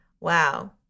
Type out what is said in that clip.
wow